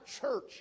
church